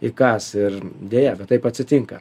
įkąs ir deja taip atsitinka